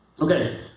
Okay